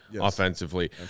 offensively